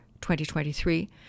2023